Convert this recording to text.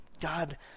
God